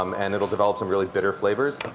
um and it'll developed some really bitter flavors.